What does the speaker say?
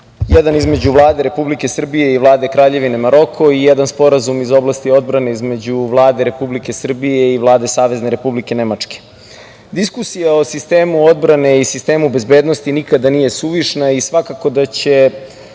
Jedan između Vlade Republike Srbije i Vlade Kraljevine Maroko i jedan sporazum iz oblasti odbrane između Vlade Republike Srbije i Vlade Savezne Republike Nemačke. Diskusija o sistemu odbrane i sistemu bezbednosti nikada nije suvišna i svakako da će